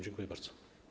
Dziękuję bardzo.